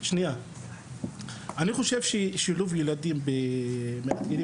שנייה אני חושב ששילוב ילדים מאתגרים